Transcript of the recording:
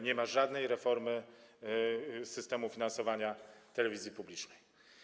Nie ma żadnej reformy systemu finansowania telewizji publicznej.